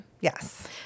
Yes